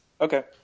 Okay